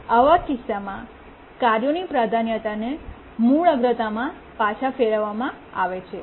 આવા કિસ્સામાં કાર્યોની પ્રાધાન્યતાને મૂળ અગ્રતામાં પાછા ફેરવવામાં આવે છે